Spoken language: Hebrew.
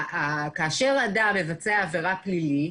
כאשר אדם מבצע עבירה פלילית